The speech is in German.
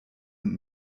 und